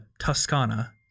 tuscana